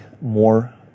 more